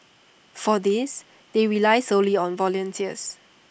for this they rely solely on volunteers